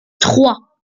trois